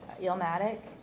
ilmatic